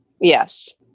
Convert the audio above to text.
Yes